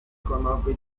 conobbe